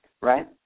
right